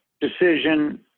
decision